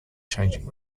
changing